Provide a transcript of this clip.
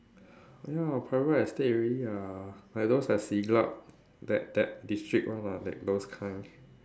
ya private estate already ah like those at Siglap that that district one lah like those kind